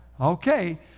Okay